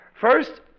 First